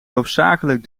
hoofdzakelijk